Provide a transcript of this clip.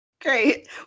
Great